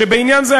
בעניין זה,